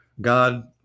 God